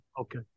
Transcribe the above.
Okay